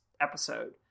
episode